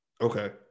Okay